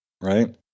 Right